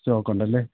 stock ഉണ്ടല്ലേ